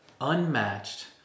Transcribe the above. unmatched